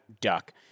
duck